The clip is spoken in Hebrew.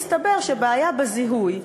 הסתבר שבעיה בזיהוי,